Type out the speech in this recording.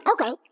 Okay